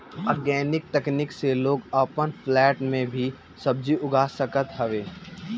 organic तकनीक से लोग अपन फ्लैट में भी सब्जी उगा सकत हवे